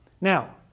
Now